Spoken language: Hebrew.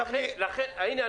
הינה,